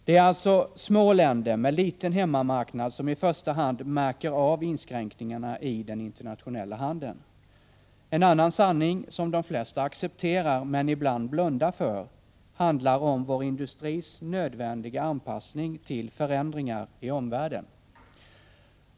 Det är alltså i första hand i små länder med en liten hemmamarknad som inskränkningar i den internationella handeln blir märkbara. En annan sanning som de flesta accepterar, men som man ibland blundar för, handlar om vår industris nödvändiga anpassning till förändringar i omvärlden.